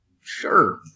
Sure